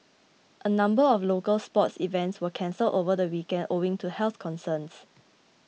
a number of local sports events were cancelled over the weekend owing to health concerns